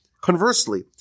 Conversely